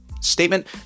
statement